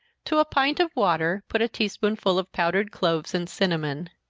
to a pint of water put a tea-spoonful of powdered cloves and cinnamon.